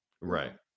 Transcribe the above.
right